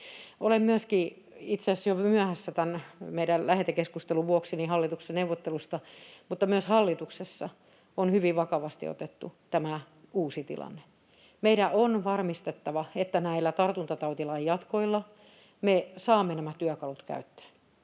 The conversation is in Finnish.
Olen itse asiassa jo myöhässä tämän meidän lähetekeskustelun vuoksi hallituksen neuvottelusta, mutta myös hallituksessa on hyvin vakavasti otettu tämä uusi tilanne. Meidän on varmistettava, että näillä tartuntatautilain jatkoilla me saamme nämä työkalut käyttöön,